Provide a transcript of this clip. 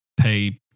pay